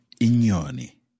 Inyoni